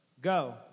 Go